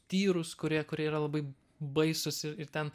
tyrus kurie kurie yra labai baisūs ir ir ten